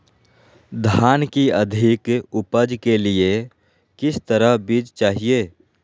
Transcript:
धान की अधिक उपज के लिए किस तरह बीज चाहिए?